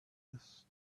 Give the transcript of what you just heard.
this